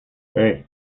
hey